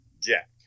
Jack